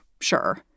sure